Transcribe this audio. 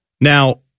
Now